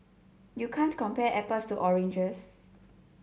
you can't compare apples to oranges